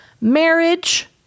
marriage